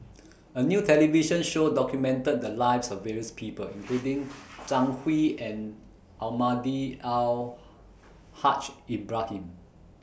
A New television Show documented The Lives of various People including Zhang Hui and Almahdi Al Haj Ibrahim